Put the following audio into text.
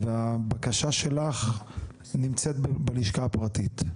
והבקשה שלך נמצאת בלשכה הפרטית?